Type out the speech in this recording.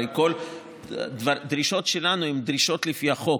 הרי כל הדרישות שלנו הן דרישות לפי החוק.